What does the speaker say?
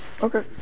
Okay